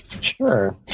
Sure